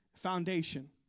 foundation